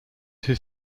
his